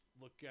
look